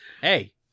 Hey